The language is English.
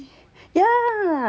yeah